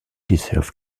deserve